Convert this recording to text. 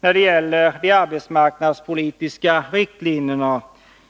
när det gäller de arbetsmarknadspolitiska riktlinjerna.